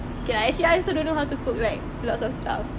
okay lah actually I also don't know how to cook like lots of stuff